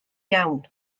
iawn